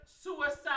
suicide